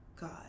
God